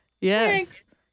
Yes